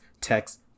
text